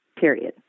period